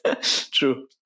true